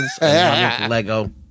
Lego